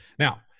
Now